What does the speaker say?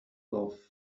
off